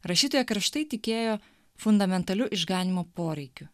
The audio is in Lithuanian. rašytoja karštai tikėjo fundamentaliu išganymo poreikiu